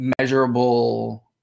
measurable